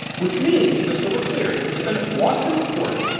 which means just so we're clear the defendant walks into court,